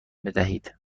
بدهید